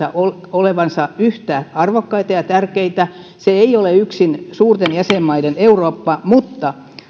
olevansa yhtä arvokkaita ja tärkeitä se ei ole yksin suurten jäsenmaiden eurooppa mutta